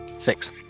Six